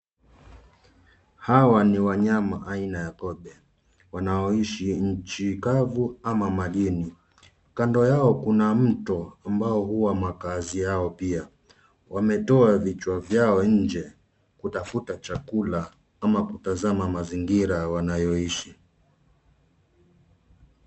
Hawa ni wanyama aina ya kobe, wanaoishi nchi kavu ana majini. Kando yao kuna mto ambao huwa makazi yao pia. Wametoa vichwa vyao nje kutafuta chakula ama kutazama mazingira wanayoishi.